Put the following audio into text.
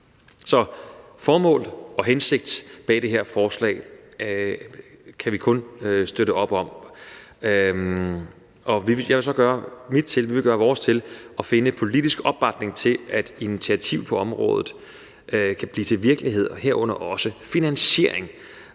Så formålet med og hensigten bag det her forslag kan vi kun støtte op om. Vi vil gøre vores til at finde politisk opbakning til, at et initiativ på området kan blive til virkelighed, herunder også finansieringen